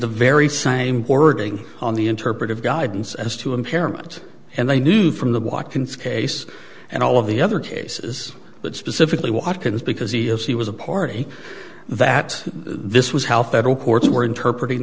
the very same wording on the interpretive guidance as to impairment and they knew from the walk in scase and all of the other cases but specifically watkins because he if he was a party that this was how federal courts were interpret